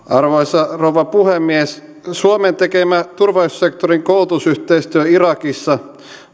arvoisa rouva puhemies suomen tekemä turvallisuussektorin koulutusyhteistyö irakissa